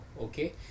okay